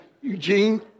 Eugene